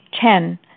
Ten